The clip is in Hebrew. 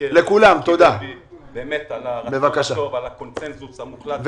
על הרצון הטוב ועל הקונצנזוס המוחלט,